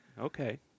Okay